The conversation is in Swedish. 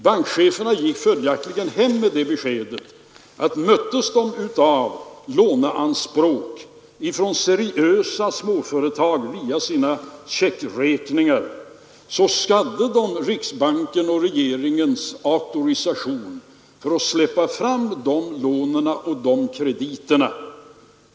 Bankcheferna gick följaktligen hem med det beskedet att möttes de av låneanspråk från seriösa småföretag via sina checkräkningar, så hade de riksbankens och regeringens auktorisation för att släppa fram de lånen och de krediterna.